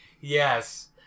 Yes